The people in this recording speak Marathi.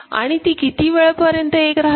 आणि ती किती वेळ एक राहते